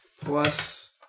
plus